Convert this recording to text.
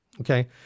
okay